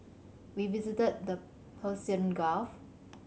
we visited the Persian Gulf